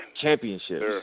Championships